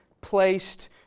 placed